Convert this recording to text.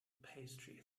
pastry